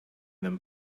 them